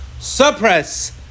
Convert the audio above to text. suppress